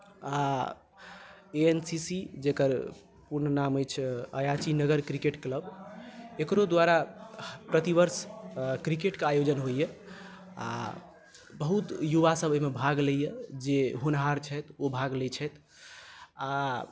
आ A N C C जकर पूरा नाम अछि अयाची नगर क्रिकेट क्लब एकरो द्वारा प्रतिवर्ष क्रिकेटके आयोजन होइए आ बहुत युवासभ एहिमे भाग लैए जे होनहार छथि ओ भाग लैत छथि आ